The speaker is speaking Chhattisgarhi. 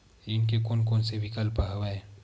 ऋण के कोन कोन से विकल्प हवय?